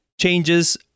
changes